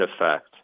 effect